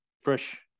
fresh